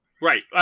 Right